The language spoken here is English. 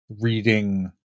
reading